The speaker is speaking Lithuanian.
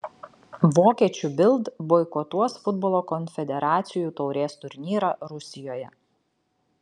vokiečių bild boikotuos futbolo konfederacijų taurės turnyrą rusijoje